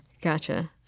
gotcha